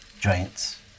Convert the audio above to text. giants